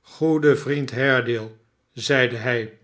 goede vriend haredale zeide hij